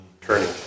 turning